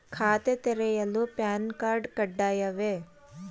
ಖಾತೆ ತೆರೆಯಲು PAN card ಕಡ್ಡಾಯವೇ?